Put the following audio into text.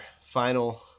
final